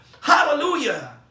Hallelujah